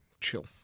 Chill